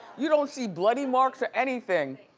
you don't see bloody marks or anything.